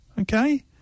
Okay